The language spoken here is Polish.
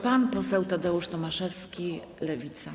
Pan poseł Tadeusz Tomaszewski, Lewica.